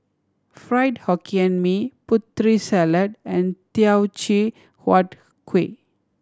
Fried Hokkien Mee Putri Salad and Teochew Huat Kuih